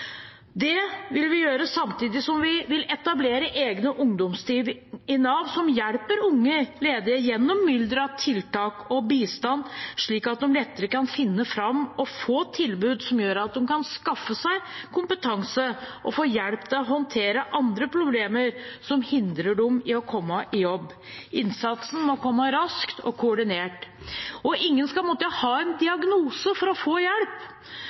Det vil vi gjøre samtidig som vi vil etablere egne ungdomsteam i Nav som hjelper unge ledige gjennom mylderet av tiltak og bistand, sånn at de lettere kan finne fram og få tilbud som gjør at de kan skaffe seg kompetanse og få hjelp til å håndtere andre problemer som hindrer dem i å komme i jobb. Innsatsen må komme raskt og koordinert. Ingen skal måtte ha en diagnose for å få hjelp.